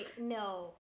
no